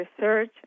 research